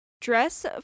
dress